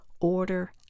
Order